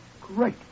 Great